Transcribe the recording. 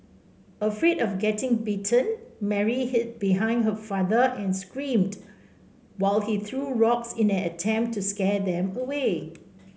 afraid of getting bitten Mary hid behind her father and screamed while he threw rocks in an attempt to scare them away